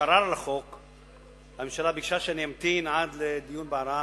התשס"ט 2009. ינמק את הצעת החוק חבר הכנסת מאיר שטרית.